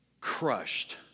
crushed